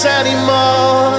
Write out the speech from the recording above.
anymore